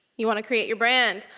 you want to create your brand.